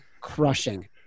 crushing